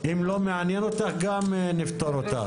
אם לא מעניין אותך, גם נפטור אותך.